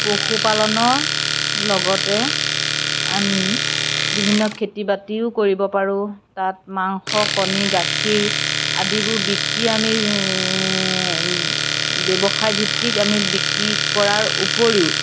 পশুপালনৰ লগতে আমি বিভিন্ন খেতি বাতিও কৰিব পাৰোঁ তাত মাংস কণী গাখীৰ আদিবোৰ বিক্ৰী আমি ব্যৱসায় ভিত্তিক আমি বিক্ৰী কৰাৰ উপৰিও